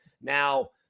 Now